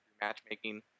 matchmaking